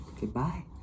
Goodbye